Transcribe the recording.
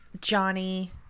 Johnny